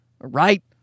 Right